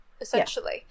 essentially